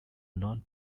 non